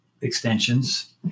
extensions